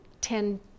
ten